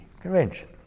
Convention